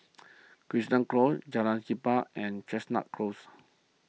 Crichton Close Jalan Siap and Chestnut Close